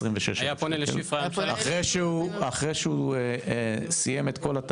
אז פה אנחנו צריכים לתקן או את התקנות,